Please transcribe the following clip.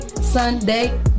Sunday